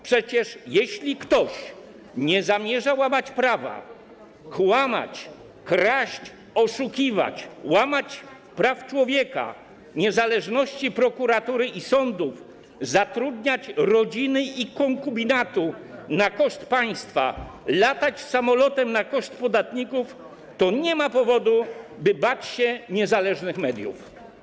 Przecież jeśli ktoś nie zamierza łamać prawa, kłamać, kraść, oszukiwać, łamać praw człowieka, niezależności prokuratury i sądów, zatrudniać rodziny i konkubinatu na koszt państwa, latać samolotem na koszt podatników, to nie ma powodu, by bać się niezależnych mediów.